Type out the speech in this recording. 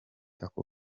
ako